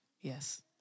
Yes